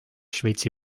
šveitsi